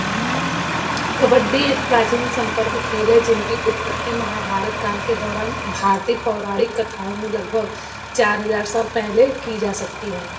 कबड्डी एक प्राचीन संपर्क खेल है जिनकी उत्पत्ति महाभारत काल के दौरान भारतीय पौराणिक कथाओं में लगभग चार हज़ार साल पहले की जा सकती है